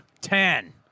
Ten